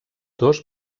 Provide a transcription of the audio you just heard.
dos